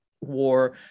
war